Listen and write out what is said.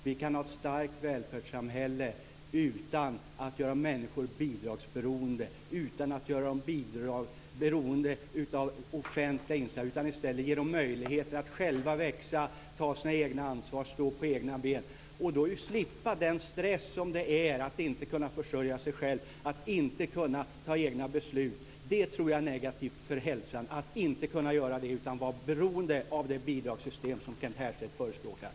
Vi kan ha ett starkt välfärdssamhälle utan att göra människor bidragsberoende, utan att göra dem beroende av offentliga insatser. Vi kan i stället ge dem möjligheter att själva växa, ta eget ansvar, stå på egna ben och slippa den stress som det innebär att inte kunna försörja sig själv, att inte kunna fatta egna beslut. Det tror jag är negativt för hälsan, att inte kunna fatta egna beslut utan vara beroende av det bidragssystem som Kent Härstedt förespråkar.